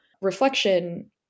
reflection